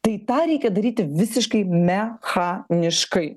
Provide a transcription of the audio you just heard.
tai tą reikia daryti visiškai mechaniškai